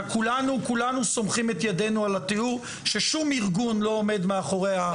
כולנו סומכים את ידינו על התיאור ששום ארגון לא עומד מאחורי הסיפור הזה.